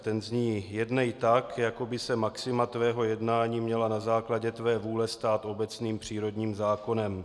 Ten zní: Jednej tak, jako by se maxima tvého jednání měla na základě tvé vůle stát obecným přírodním zákonem.